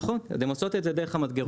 נכון, הן עושות את זה דרך המדגרות.